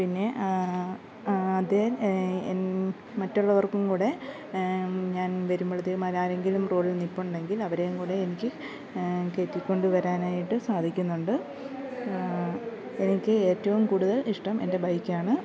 പിന്നെ അതെ മറ്റുള്ളവർക്കും കൂടെ ഞാൻ വരുമ്പോഴത്തേക്കും അവർ ആരെങ്കിലും റോഡിൽ നിൽപ്പുണ്ടെങ്കിൽ അവരെയും കൂടെ എനിക്ക് കയറ്റിക്കൊണ്ട് വരാനായിട്ട് സാധിക്കുന്നുണ്ട് എനിക്ക് ഏറ്റവും കൂടുതൽ ഇഷ്ടം എൻ്റെ ബൈക്കാണ്